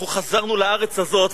אנחנו חזרנו לארץ הזאת,